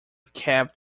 kept